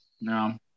No